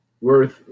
worth